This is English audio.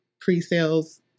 Pre-sales